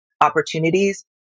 opportunities